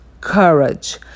Courage